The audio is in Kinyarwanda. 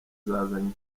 zazanye